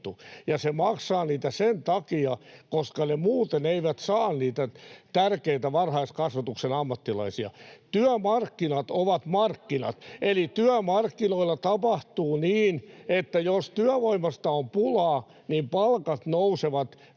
se maksaa niitä sen takia, että ne muuten eivät saa niitä tärkeitä varhaiskasvatuksen ammattilaisia. Työmarkkinat ovat markkinat, eli työmarkkinoilla tapahtuu niin, että jos työvoimasta on pulaa, niin palkat nousevat